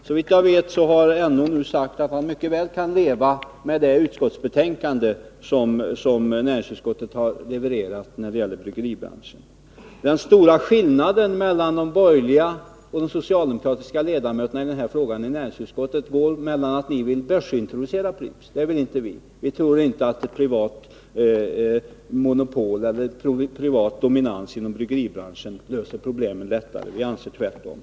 Såvitt jag vet har NO nu sagt att han mycket väl kan leva med det utskottsbetänkande som näringsutskottet har levererat när det gäller bryggeribranschen. Den stora skillnaden mellan de borgerliga och de socialdemokratiska ledamöterna i näringsutskottet i denna fråga är att ni vill börsintroducera Pripps — det vill inte vi. Vi tror inte att ett privat monopol, eller privat dominans, inom bryggeribranschen löser problemen lättare. Vi anser att det är tvärtom.